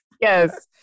yes